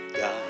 God